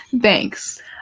thanks